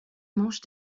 manche